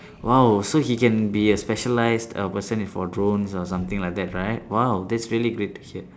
!wow! so he can be a specialised uh person for drones or something like that right !wow! that's really great to hear